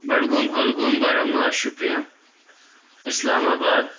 بڈگوم کۄلگوم بارہمولہ شُپیَن اِسلام آباد